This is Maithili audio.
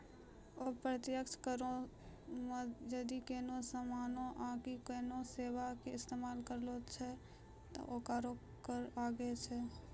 अप्रत्यक्ष करो मे जदि कोनो समानो आकि कोनो सेबा के इस्तेमाल करै छै त ओकरो कर लागै छै